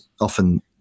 often